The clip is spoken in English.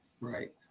right